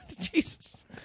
Jesus